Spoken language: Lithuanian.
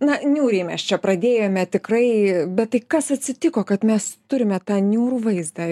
na niūriai mes čia pradėjome tikrai bet tai kas atsitiko kad mes turime tą niūrų vaizdą